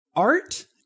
Art